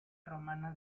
romana